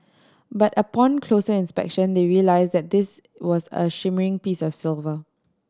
but upon closer inspection they realised that this was a shimmering piece of silver